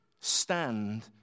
stand